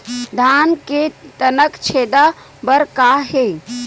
धान के तनक छेदा बर का हे?